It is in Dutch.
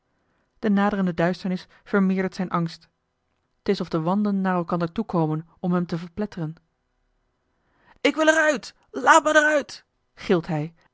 de naderende duisternis vermeerdert zijn angst t is of de wanden naar elkander toe komen om hem te verpletteren ik wil er uit laat me er uit gilt hij